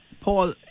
Paul